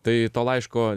tai to laiško